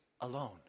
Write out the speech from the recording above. alone